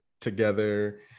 together